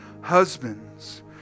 Husbands